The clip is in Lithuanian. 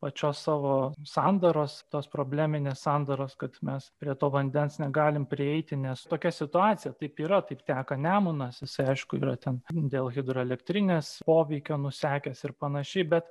pačios savo sandaros tos probleminės sandaros kad mes prie to vandens negalim prieiti nes tokia situacija taip yra taip teka nemunas jisai aišku yra ten dėl hidroelektrinės poveikio nusekęs ir panašiai bet